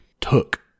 took